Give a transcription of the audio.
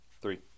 Three